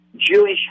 Jewish